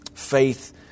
faith